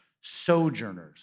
sojourners